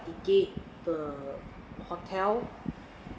to get the hotel